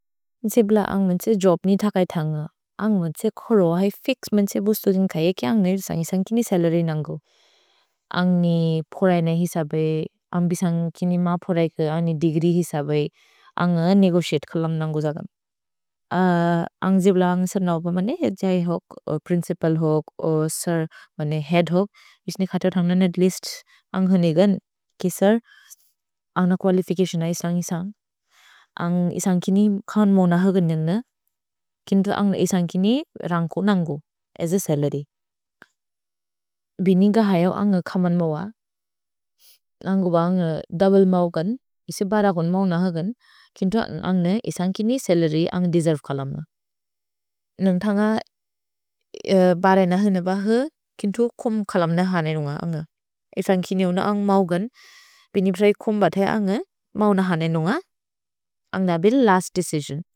सिब्ल अन्ग् मन्से जोब्नि धकैथ अन्ग। अन्ग् मन्से खोरो अहि फिक्स् मन्से बुसुदिन् खैअ कि अन्ग् निरिसन्गिसन्ग् किनि सलर्य् नन्गु। अन्ग् नि फोरै न हिसबे, अन्ग् बिसन्ग् किनि म फोरै क, अन्ग् नि देग्री हिसबे, अन्ग् नेगोशेत् खलम् नन्गु जगन्। अन्ग् सिब्ल अन्ग् सर् नौप मने हेअद् जै होक्, ओ प्रिन्चिपल् होक्, ओ सर् मने हेअद् होक्। भिस्ने खत थन्ग्न नेत् लिस्त् अन्ग् होनेगन् कि सर् अन्ग् न कुअलिफिचतिओन इसन्ग्-इसन्ग्। अन्ग् निरिसन्ग् किनि खन् मोन होगन् नन्गु, किन्तु अन्ग् निरिसन्ग् किनि रन्ग्कु नन्गु अस् अ सलर्य्। भिने न्ग हैयो अन्ग् कमन् मव। अन्ग् ब न्ग दोउब्ले मव्गन्, इसिबद कोन् मव्न होगन्, किन्तु अन्ग् न्ग निरिसन्ग् किनि सलर्य् अन्ग् देसेर्वे खलम् न। नन्ग् थन्ग बरे न होनेब हु, किन्तु कुम् खलम् न हने नुन्ग। अन्ग् निरिसन्ग् किनि न अन्ग् मव्गन्, बिने ब्रए कुम्ब थे अन्ग् मव्न हने नुन्ग। अन्ग् न्ग बिल् लस्त् देचिसिओन्।